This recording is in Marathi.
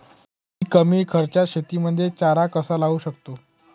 मी कमी खर्चात शेतीमध्ये चारा कसा लावू शकतो?